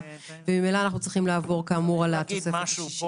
וממילא אנחנו צריכים לעבור על התוספת השישית.